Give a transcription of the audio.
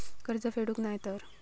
कर्ज फेडूक नाय तर?